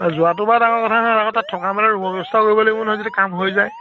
যোৱাটো বাৰু ডাঙৰ কথা নহয় আকৌ তাত থকা মেলাৰ ৰুমৰ ব্যৱস্থা কৰিব লাগিব নহয় যদি কাম হৈ যায়